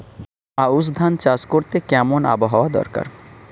আউশ ধান চাষ করতে কেমন আবহাওয়া দরকার?